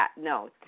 No